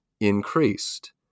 increased